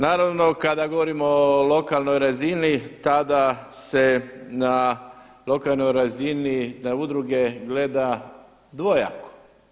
Naravno, kada govorimo o lokalnoj razini, tada se na lokalnoj razini da udruge gleda dvojako.